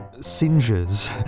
singes